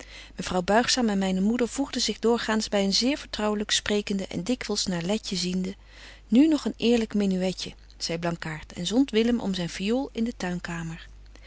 mevrouw buigzaam en myne moeder voegden zich doorgaans by een zeer vertrouwlyk sprekende en dikwyls naar letje ziende nu nog een eerlyk menuëtje zei blankaart en zondt willem om zyn fiool in de